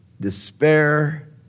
despair